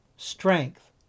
strength